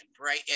right